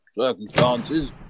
circumstances